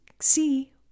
see